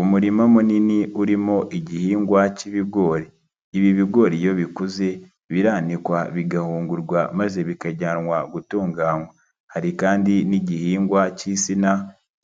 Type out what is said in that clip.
Umurima munini urimo igihingwa cy'ibigori, ibi bigori iyo bikuze biranikwa bigahungurwa, maze bikajyanwa gutunganywa, hari kandi n'igihingwa cy'insina